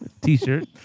T-shirt